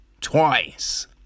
twice